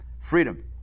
freedom